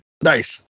Nice